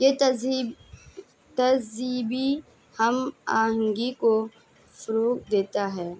یہ تہذیب تہذیبی ہم آہنگی کو فروغ دیتا ہے